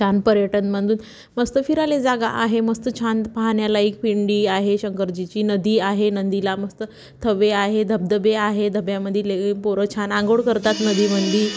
छान पर्यटन म्हणून मस्त फिराले जागा आहे मस्त छान पाहण्याला एक पिंडी आहे शंकरजीची नदी आहे नदीला मस्त थवे आहे धबधबे आहे धब्यामध्ये ले पोरं छान आंघोळ करतात नदी मध्ये